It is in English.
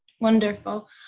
Wonderful